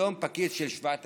היום פקיד של 7,000,